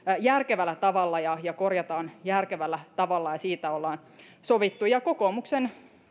järkevällä tavalla ja ja korjataan järkevällä tavalla ja siitä ollaan sovittu kokoomuksen